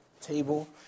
table